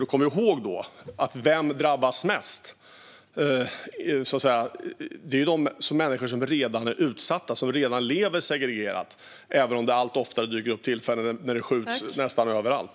Man ska komma ihåg vilka som drabbas mest. Det är de människor som redan är utsatta och som redan lever segregerat, även om det allt oftare dyker upp tillfällen när det skjuts nästan överallt.